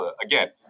again